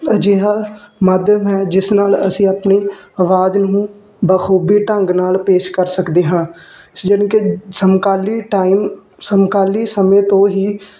ਅਜਿਹਾ ਮਾਧਿਅਮ ਹੈ ਜਿਸ ਨਾਲ ਅਸੀਂ ਆਪਣੀ ਆਵਾਜ਼ ਨੂੰ ਬਖੂਬੀ ਢੰਗ ਨਾਲ ਪੇਸ਼ ਕਰ ਸਕਦੇ ਹਾਂ ਜਾਨੀ ਕਿ ਸਮਕਾਲੀ ਟਾਈਮ ਸਮਕਾਲੀ ਸਮੇਂ ਤੋਂ ਹੀ